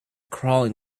crawling